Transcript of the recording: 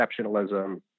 exceptionalism